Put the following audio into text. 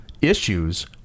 issues